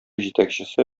җитәкчесе